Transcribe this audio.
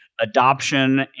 adoption